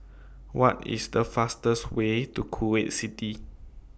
What IS The fastest Way to Kuwait City